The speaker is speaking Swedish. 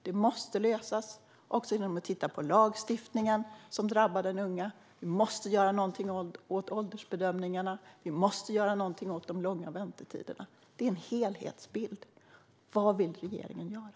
Det måste lösas också genom att man tittar på lagstiftningen som drabbar den unga. Vi måste göra någonting åt åldersbedömningarna. Vi måste göra någonting åt de långa väntetiderna. Det är en helhetsbild. Vad vill regeringen göra?